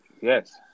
yes